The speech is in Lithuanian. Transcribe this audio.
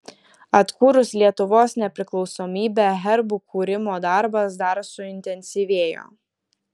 atkūrus lietuvos nepriklausomybę herbų kūrimo darbas dar suintensyvėjo